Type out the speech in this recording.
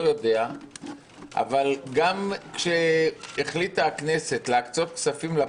אנחנו לא יודעים מי יחליט מה זה הסתה לגזענות.